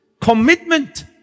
Commitment